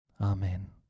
Amen